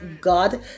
God